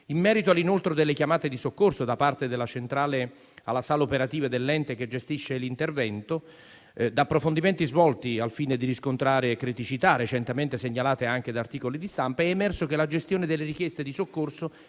In merito all'inoltro delle chiamate di soccorso da parte della centrale alla sala operativa dell'ente che gestisce l'intervento, da approfondimenti svolti al fine di riscontrare criticità recentemente segnalate anche da articoli di stampa, è emerso che la gestione delle richieste di soccorso